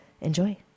enjoy